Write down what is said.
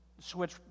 switch